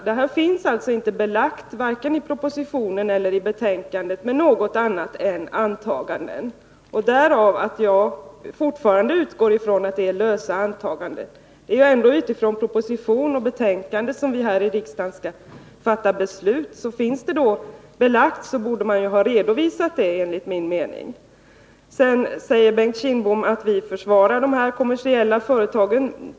Det här finns alltså inte belagt med något annat än antaganden, varken i propositionen eller i betänkandet. Därför utgår jag fortfarande ifrån att det är lösa antaganden. Det är ju ändå på basis av propositioner och betänkanden som vi här i riksdagen skall fatta beslut, och finns det då belägg borde man, enligt min mening, ha redovisat dessa. Sedan sade Bengt Kindbom att vi försvarar de kommersiella företagen.